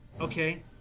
okay